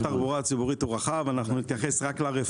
סגן שרת התחבורה והבטיחות בדרכים אורי מקלב: אפשר לנסוע עם